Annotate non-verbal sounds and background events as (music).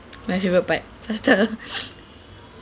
my favourite part faster (noise)